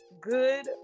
good